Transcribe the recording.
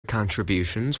contributions